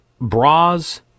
Bras